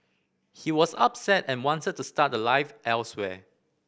he was upset and wanted to start a life elsewhere